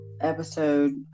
episode